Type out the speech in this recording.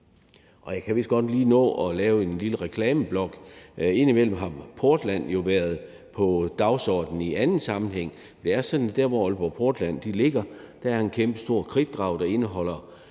Jeg kan vist godt lige nå at lave en lille reklameblok. Indimellem har Aalborg Portland jo været på dagsordenen i anden sammenhæng. Det er sådan, at der, hvor Aalborg Portland ligger, er der en kæmpestor kridtgrav, der indeholder